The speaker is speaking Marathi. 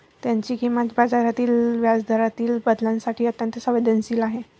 त्याची किंमत बाजारातील व्याजदरातील बदलांसाठी अत्यंत संवेदनशील आहे